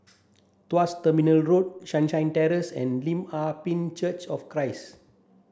Tuas Terminal Road Terrace and Lim Ah Pin Church of Christ